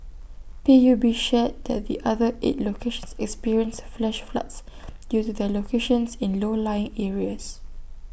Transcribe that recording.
P U B shared that the other eight locations experienced flash floods due to their locations in low lying areas